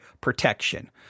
protection